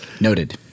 Noted